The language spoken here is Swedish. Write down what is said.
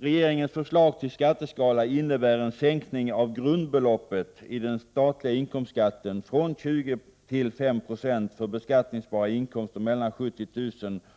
Regeringens förslag till skatteskala innebär en sänkning av grundbeloppet i fråga om den statliga inkomstskatten från 20 > till 5 96 för beskattningsbara inkomster på 70